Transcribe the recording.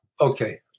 Okay